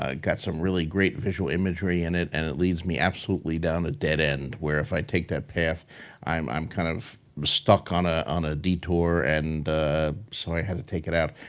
ah got some really great visual imagery in it and it leads me absolutely down a dead end, where if i take that path i'm i'm kind of stuck on ah on a detour and so, i had to take it out.